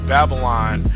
Babylon